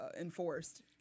enforced